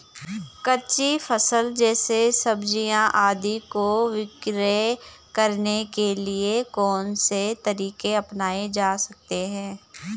कच्ची फसल जैसे सब्जियाँ आदि को विक्रय करने के लिये कौन से तरीके अपनायें जा सकते हैं?